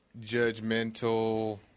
Judgmental